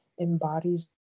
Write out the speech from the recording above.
embodies